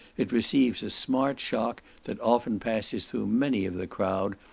it receives a smart shock, that often passes through many of the crowd,